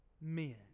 men